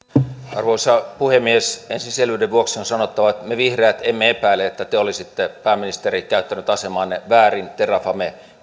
arvoisa puhemies ensin selvyyden vuoksi on sanottava että me vihreät emme epäile että te olisitte pääministeri käyttänyt asemaanne väärin terrafame